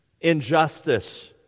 injustice